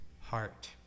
heart